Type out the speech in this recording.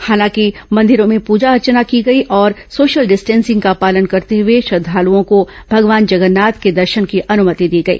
हालांकि मंदिरों में पूजा अर्चना की गई और सोशल डिस्टेंसिंग का पालन करते हए श्रद्वालुओं को भगवान जगन्नाथ के दर्शन की अनुमति दी गई